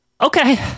Okay